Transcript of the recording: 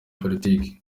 politiki